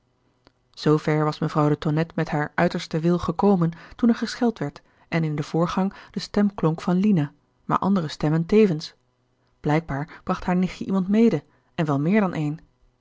zoo ver was mevrouw de tonnette met haar uitersten wil gekomen toen er gescheld werd en in den voorgang de stem klonk van lina maar andere stemmen tevens blijkbaar bracht haar nichtje iemand mede en wel meer dan een